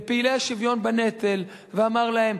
לפעילי השוויון בנטל ואמר להם: